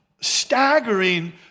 staggering